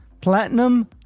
Platinum